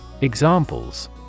Examples